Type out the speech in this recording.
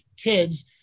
kids